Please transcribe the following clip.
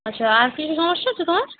আচ্ছা আর কিছু সমস্যা হচ্ছে তোমার